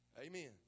Amen